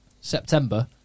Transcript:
September